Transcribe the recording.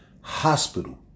hospital